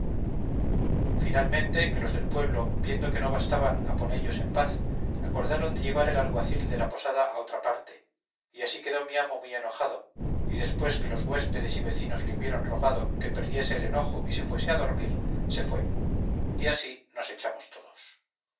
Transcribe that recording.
finalmente que los del pueblo viendo que no bastaban a ponellos en paz acordaron de llevar el alguacil de la posada a otra parte y así quedó mi amo muy enojado y después que los huéspedes y vecinos le hubieron rogado que perdiese el enojo y se fuese a dormir se fue y así nos echamos todos